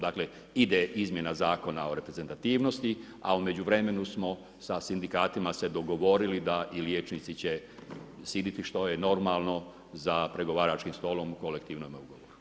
Dakle, ide izmjena Zakona o reprezentativnosti, a u međuvremenu smo sa sindikatima se dogovorili da liječnici će sjediti što je normalno za pregovaračkim stolom, u kolektivnom ugovoru.